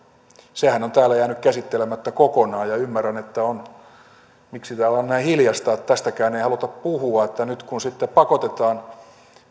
sehän on täällä jäänyt käsittelemättä kokonaan ja ymmärrän miksi täällä on näin hiljaista että tästäkään ei haluta puhua että nyt kun sitten pakotetaan